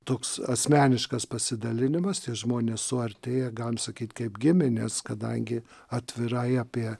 toks asmeniškas pasidalinimas tie žmonės suartėja galim sakyt kaip giminės kadangi atvirai apie